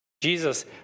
Jesus